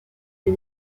des